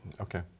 okay